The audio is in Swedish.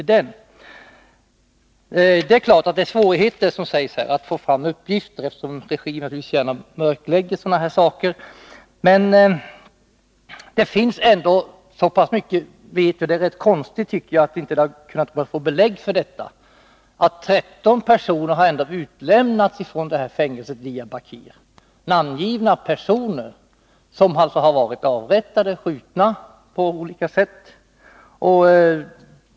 Som också sägs i svaret är det naturligtvis svårigheter när det gäller att få fram uppgifter, eftersom regimen givetvis gärna mörklägger sådana här händelser. Men vi vet ändå så pass mycket — och det är konstigt att det inte har kunnat gå att få belägg för detta — att 13 döda har utlämnats från fängelset i Diyarbakir. Det är namngivna personer som avrättats, skjutits på olika sätt.